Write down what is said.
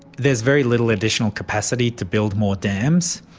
there's very little additional capacity to build more dams,